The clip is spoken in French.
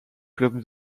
clubs